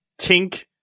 Tink